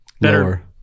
better